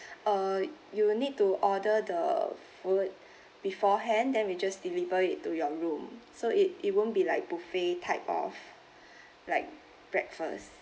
uh you will need to order the food beforehand then we just deliver it to your room so it it won't be like buffet type of like breakfast